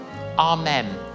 Amen